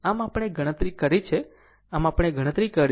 આમ આ આપણે ગણતરી કરી છે આ આપણે ગણતરી કરી છે